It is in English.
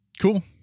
Cool